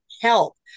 help